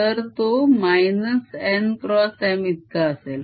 तर तो n x M इतका असेल